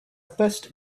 first